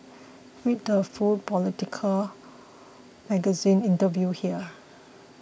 read the full Politico Magazine interview here